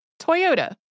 Toyota